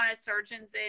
surgeons